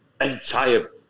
entire